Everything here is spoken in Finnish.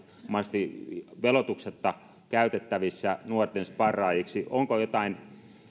mahdollisesti veloituksetta käytettävissä nuorten sparraajiksi onko jotain